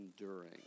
enduring